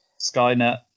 Skynet